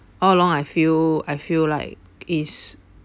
all along I feel I feel like is